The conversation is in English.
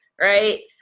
right